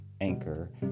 Anchor